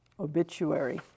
obituary